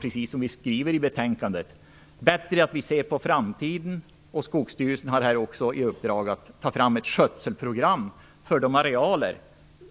Precis som vi skriver i betänkandet är det bättre att se på framtiden. Skogsstyrelsen har också i uppdrag att ta fram ett skötselprogram för de arealer